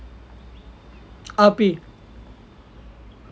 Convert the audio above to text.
R_P